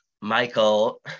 Michael